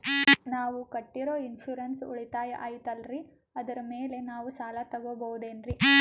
ನಾವು ಕಟ್ಟಿರೋ ಇನ್ಸೂರೆನ್ಸ್ ಉಳಿತಾಯ ಐತಾಲ್ರಿ ಅದರ ಮೇಲೆ ನಾವು ಸಾಲ ತಗೋಬಹುದೇನ್ರಿ?